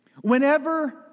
Whenever